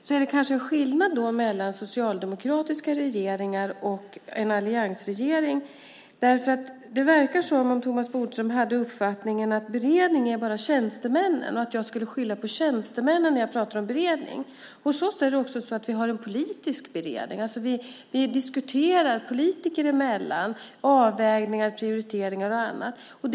Det är kanske en skillnad mellan socialdemokratiska regeringar och en alliansregering. Det verkar som om Thomas Bodström har uppfattningen att beredning är något som görs bara av tjänstemän och att jag alltså skyller på tjänstemännen om jag talar om beredningen. Hos oss har vi också en politisk beredning. Vi diskuterar avvägningar, prioriteringar och annat politiker emellan.